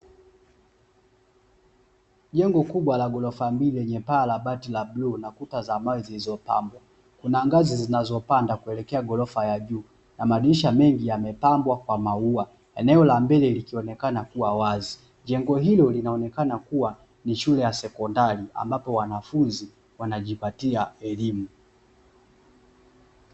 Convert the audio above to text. Jengo kubwa la ghorofa mbili lenye paa la bati la bluu na kuta za mawe zilizopangwa. Kuna ngazi zinazopanda kuelekea ghorofa ya juu, na madirisha mengi yamepambwa kwa maua. Eneo la mbele likionekana kuwa wazi. Jengo hilo linaonekana kuwa ni shule ya sekondari, ambapo wanafunzi wanajipatia elimu.